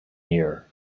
year